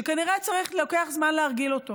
שכנראה לוקח זמן להרגיל אליו,